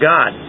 God